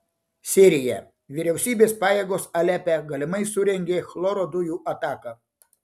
sirija vyriausybės pajėgos alepe galimai surengė chloro dujų ataką